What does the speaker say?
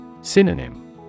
Synonym